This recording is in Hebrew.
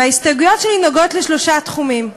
וההסתייגויות שלי נוגעות בשלושה תחומים.